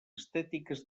estètiques